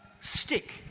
stick